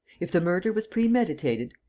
if the murder was premeditated,